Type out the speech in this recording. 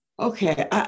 Okay